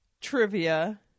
trivia